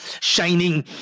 shining